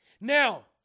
Now